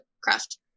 craft